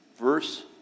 Verse